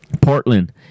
Portland